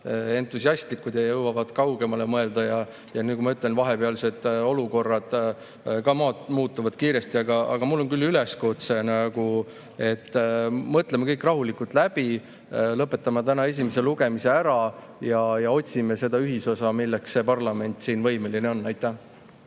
entusiastlikud ja jõuavad kaugemale mõelda. Ja nagu ma ütlesin, vahepealsed olukorrad muutuvad kiiresti. Küll aga on mul üleskutse, et mõtleme kõik rahulikult läbi. Lõpetame täna esimese lugemise ära ja otsime ühisosa, milleks parlament siin võimeline on. Ma